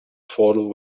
affordable